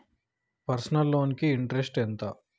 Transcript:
Personal loan కి interest ఎంత?